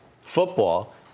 football